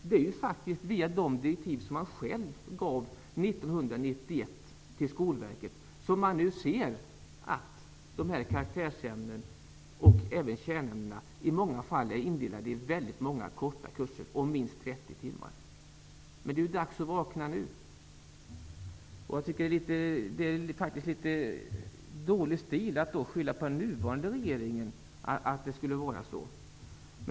Det är faktiskt efter de direktiv som Socialdemokraterna gav Skolverket 1991 som karaktärsämnen och även kärnämnen i många fall har blivit indelade i många korta kurser om minst 30 timmar. Det är dags att vakna nu! Det är litet dålig stil att skylla på den nuvarande regeringen.